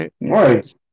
Right